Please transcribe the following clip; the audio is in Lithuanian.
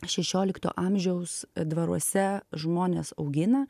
šešiolikto amžiaus dvaruose žmonės augina